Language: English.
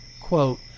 quote